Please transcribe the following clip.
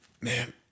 man